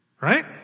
Right